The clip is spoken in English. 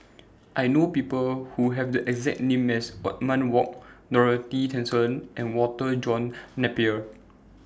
I know People Who Have The exact name as Othman Wok Dorothy Tessensohn and Walter John Napier